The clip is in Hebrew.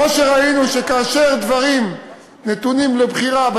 כמו שראינו שכאשר דברים נתונים לבחירה,